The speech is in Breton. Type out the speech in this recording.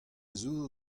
zour